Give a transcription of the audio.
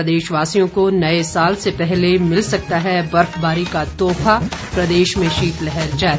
प्रदेशवासियों को नए साल से पहले मिल सकता है बर्फबारी का तोहफा प्रदेश में शीत लहर जारी